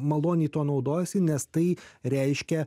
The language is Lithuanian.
maloniai tuo naudojasi nes tai reiškia